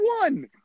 one